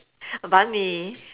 banh-Mi